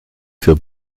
für